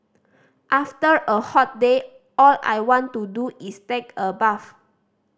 after a hot day all I want to do is take a bath